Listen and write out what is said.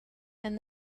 and